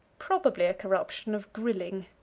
probably a corruption of grilling.